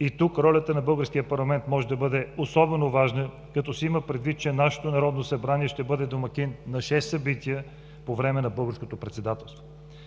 И тук ролята на българския парламент може да бъде особено важна, като се има предвид, че нашето Народно събрание ще бъде домакин на шест събития по време на българското председателство.